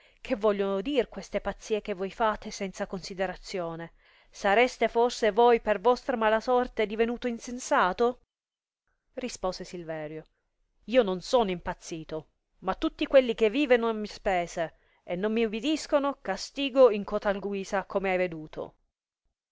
che vogliono dir queste pazzie che voi fate senza considerazione sareste forse voi per vostra mala sorte divenuto insensato rispose silverio io non sono impazzito ma tutti quelli che vìveno a mie spese e non mi ubidiscono castigo in cotal guisa come hai veduto